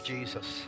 Jesus